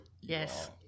Yes